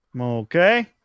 Okay